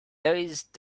those